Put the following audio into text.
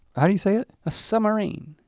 how do you say it? a summarine.